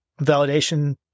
validation